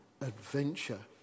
adventure